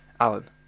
alan